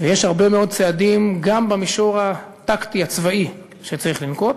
ויש הרבה מאוד צעדים גם במישור הטקטי הצבאי שצריך לנקוט.